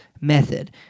method